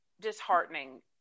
disheartening